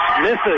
Misses